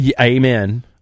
Amen